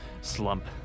slump